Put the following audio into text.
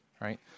right